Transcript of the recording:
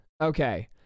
Okay